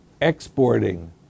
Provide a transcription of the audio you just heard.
exporting